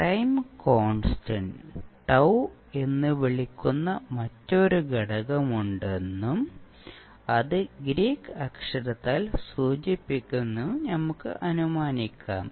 time constant τ tau എന്ന് വിളിക്കുന്ന മറ്റൊരു ഘടകമുണ്ടെന്നും അത് ഗ്രീക്ക് അക്ഷരത്താൽ സൂചിപ്പിക്കുമെന്നും നമുക്ക് അനുമാനിക്കാം